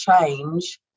change